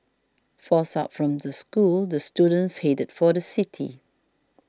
forced out from the schools the students headed for the city